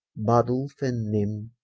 bardolfe and nym